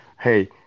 hey